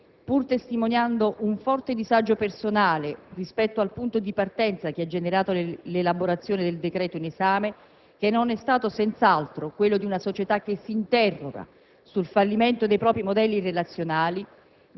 Quindi, signor Presidente, onorevoli colleghi, pur testimoniando un forte disagio personale rispetto al punto di partenza che ha generato l'elaborazione del decreto in esame, che non è stato senz'altro quello di una società che si interroga